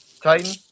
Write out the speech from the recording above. Titan